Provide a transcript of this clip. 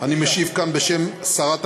אני משיב כאן בשם שרת המשפטים.